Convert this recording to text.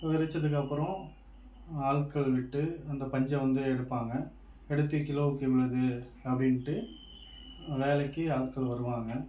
வெடிச்சதுக்கு அப்புறம் ஆட்கள் விட்டு அந்த பஞ்சை வந்து எடுப்பாங்கள் எடுத்து கிலோவுக்கு இவ்வளது அப்படின்ட்டு வேலைக்கு ஆட்கள் வருவாங்கள்